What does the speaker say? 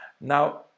now